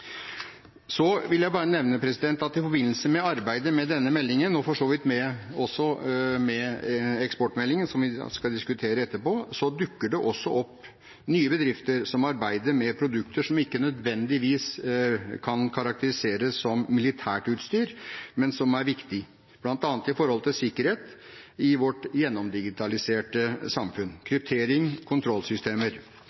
Så vil jeg bare nevne at i forbindelse med arbeidet med denne meldingen og for så vidt også med eksportmeldingen, som vi skal diskutere etterpå, dukker det også opp nye bedrifter som arbeider med produkter som ikke nødvendigvis kan karakteriseres som militært utstyr, men som er viktig, bl.a. for sikkerheten i vårt gjennomdigitaliserte samfunn,